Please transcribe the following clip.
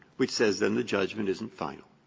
which says then the judgment isn't final.